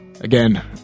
again